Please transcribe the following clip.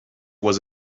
was